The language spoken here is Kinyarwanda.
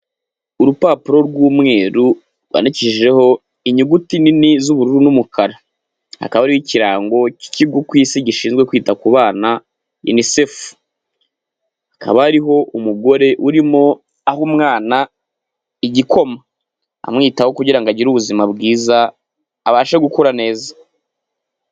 Urupapuro rw'umweru rwandikishijeho inyuguti nini z'ubururu n'umukara. Hakaba hariho ikirango cy'ikigo ku isi gishinzwe kwita ku bana Unicef. Hakaba hariho umugore urimo aha umwana igikoma. Amwitaho kugira ngo agire ubuzima bwiza, abashe gukura neza.